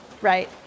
right